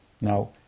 Now